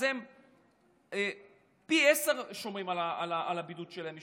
אז הם פי עשרה שומרים על הבידוד שלהם,